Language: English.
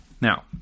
Now